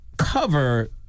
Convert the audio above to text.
Cover